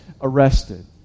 arrested